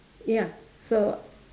ya so